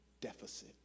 deficit